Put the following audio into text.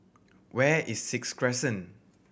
where is Sixth Crescent